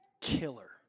killer